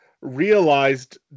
realized